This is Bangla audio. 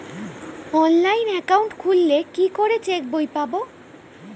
অনলাইন একাউন্ট খুললে কি করে চেক বই পাব?